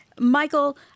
Michael